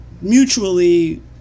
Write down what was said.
mutually